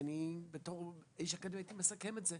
ואני בתור איש אקדמיה הייתי מסכם את זה.